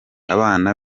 abana